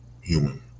human